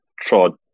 trod